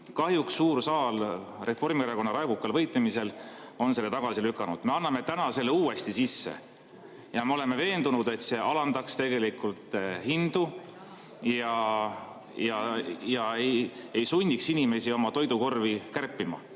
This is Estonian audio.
Kahjuks suur saal Reformierakonna raevukal võitlemisel on selle tagasi lükanud. Me anname täna selle uuesti sisse. Me oleme veendunud, et see alandaks hindu ega sunniks inimesi oma toidukorvi kärpima.